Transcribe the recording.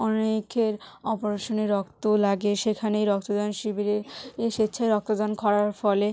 অনেকের অপরেশনে রক্ত লাগে সেখানেই রক্ত দান শিবিরে স্বেচ্ছায় রক্তদান করার ফলে